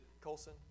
Colson